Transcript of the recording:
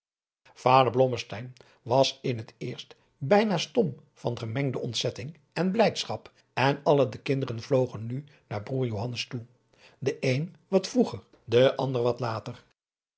blommesteyn was in het eerst bijna stom van gemengde ontzetting en blijdschap en alle de kinderen vlogen nu naar broêr johannes toe de een wat vroeger de ander wat later